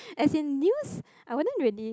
as in news I wouldn't really